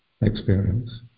experience